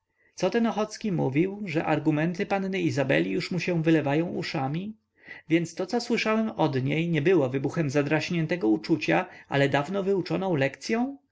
co ten ochocki mówił że argumenty panny izabeli już mu się wylewają uszami więc to co słyszałem od niej nie było wybuchem zadraśniętego uczucia ale dawno wyuczoną lekcyą